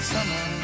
Summer